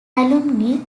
alumni